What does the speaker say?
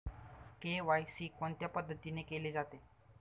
KYC कोणत्या पद्धतीने केले जाते?